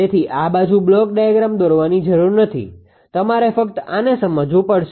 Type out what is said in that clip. તેથી આ બાજુ બ્લોક આકૃતિ દોરવાની જરૂર નથી તમારે ફક્ત આને સમજવું પડશે